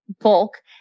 bulk